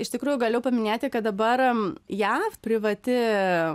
iš tikrųjų galiu paminėti kad dabar jav privati